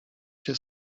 się